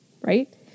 right